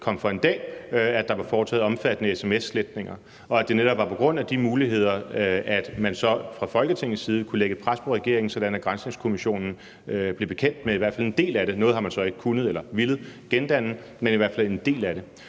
kom for en dag, at der var foretaget omfattende sms-sletninger, og at det netop er på grund af de muligheder, at man så fra Folketingets side kunne lægge et pres på regeringen, sådan at granskningskommissionen blev bekendt med i hvert fald en del af det? Noget har man så ikke kunnet eller villet gendanne. Jeg er sådan set helt